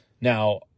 Now